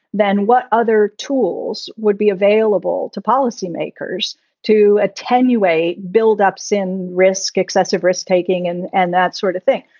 then what other tools would be available to policymakers to attenuate buildups in risk, excessive risk taking and and that sort of thing?